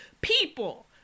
People